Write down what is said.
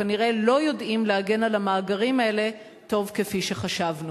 כנראה לא יודעים להגן על המאגרים האלה טוב כפי שחשבנו.